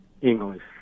English